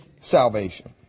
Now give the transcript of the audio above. salvation